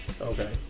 Okay